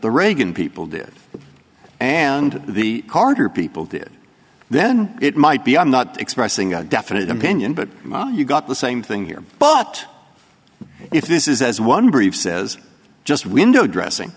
the reagan people did and the carter people did then it might be i'm not expressing a definite opinion but you've got the same thing here but if this is as one brief says just window dressing